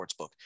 Sportsbook